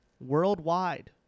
Worldwide